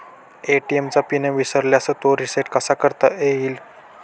ATM चा pin विसरल्यास तो रिसेट कसा करता येईल?